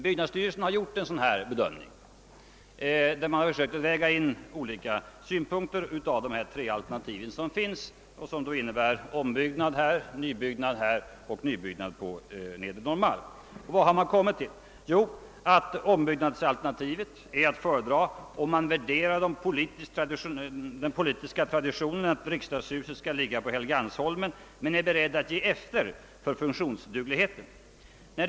Byggnadsstyrelsen har gjort en sådan bedömning där man ur olika synpunkter har försökt ta ställning till de tre alternativ som finns, nämligen ombyggnad här, nybyggnad här och nybyggnad på Nedre Norrmalm. Vad har man kommit fram till? Jo, att ombyggnadsalternativet är att föredra om man värderar den politiska traditionen att riksdagshuset skall ligga på Helgeandsholmen men är beredd att sänka kravet något när det gäller funktionsdugligheten.